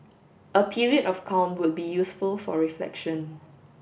a period of calm would be useful for reflection